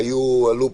לא.